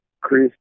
Chris